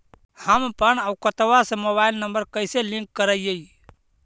हमपन अकौउतवा से मोबाईल नंबर कैसे लिंक करैइय?